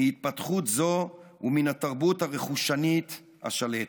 מהתפתחות זו ומן התרבות הרכושנית השלטת.